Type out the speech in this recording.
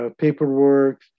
paperwork